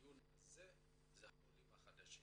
בדיון הזה הם העולים החדשים,